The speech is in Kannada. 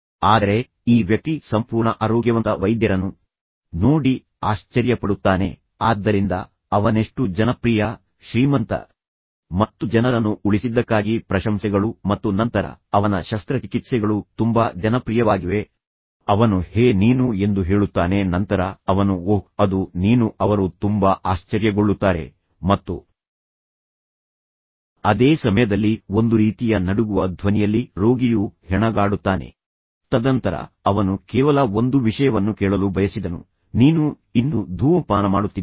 ಆದರೆ ಈ ವ್ಯಕ್ತಿ ಸಂಪೂರ್ಣ ಆರೋಗ್ಯವಂತ ವೈದ್ಯರನ್ನು ನೋಡಿ ಆಶ್ಚರ್ಯಪಡುತ್ತಾನೆ ಆದ್ದರಿಂದ ಅವನೆಷ್ಟು ಜನಪ್ರಿಯ ಶ್ರೀಮಂತ ಮತ್ತು ಜನರನ್ನು ಉಳಿಸಿದ್ದಕ್ಕಾಗಿ ಪ್ರಶಂಸೆಗಳು ಮತ್ತು ನಂತರ ಅವನ ಶಸ್ತ್ರಚಿಕಿತ್ಸೆಗಳು ತುಂಬಾ ಜನಪ್ರಿಯವಾಗಿವೆ ಮತ್ತು ಏನಾಯಿತು ಆದ್ದರಿಂದ ಅವನು ಹೇ ನೀನು ಎಂದು ಹೇಳುತ್ತಾನೆ ನಂತರ ಅವನು ಓಹ್ ಅದು ನೀನು ಓಹ್ ಎಂದು ಹೇಳುತ್ತಾನೆ ಮತ್ತು ನಂತರ ಅವರು ತುಂಬಾ ಆಶ್ಚರ್ಯಗೊಳ್ಳುತ್ತಾರೆ ಮತ್ತು ಅದೇ ಸಮಯದಲ್ಲಿ ಒಂದು ರೀತಿಯ ನಡುಗುವ ಧ್ವನಿಯಲ್ಲಿ ರೋಗಿಯು ಹೆಣಗಾಡುತ್ತಾನೆ ತದನಂತರ ಅವನು ಕೇವಲ ಒಂದು ವಿಷಯವನ್ನು ಕೇಳಲು ಬಯಸಿದನು ನೀನು ಇನ್ನು ಧೂಮಪಾನ ಮಾಡುತ್ತಿದ್ದೀಯ